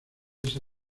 esa